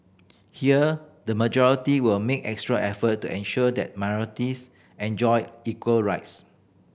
here the majority will make extra effort to ensure that minorities enjoy equal rights